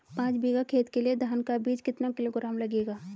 पाँच बीघा खेत के लिये धान का बीज कितना किलोग्राम लगेगा?